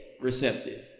receptive